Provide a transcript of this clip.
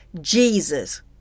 Jesus